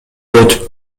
өтүп